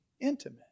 intimate